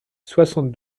soixante